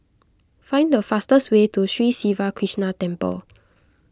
find the fastest way to Sri Siva Krishna Temple